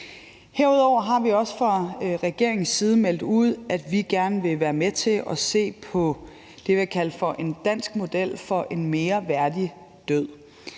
Herudover har vi også fra regeringens side meldt ud, at vi gerne vil være med til at se på det, vi har kaldt en dansk model for en mere værdig død.